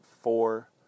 four